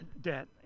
Debt